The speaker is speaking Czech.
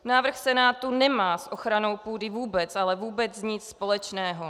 Návrh Senátu nemá s ochranou půdy vůbec, ale vůbec nic společného.